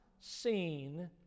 seen